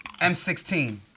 M16